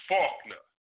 Faulkner